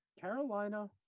Carolina